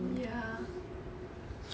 ya